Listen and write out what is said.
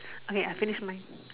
okay I finish mine